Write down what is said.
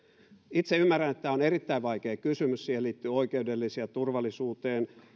itse ymmärrän että tämä on erittäin vaikea kysymys siihen liittyy oikeudellisia sekä turvallisuuteen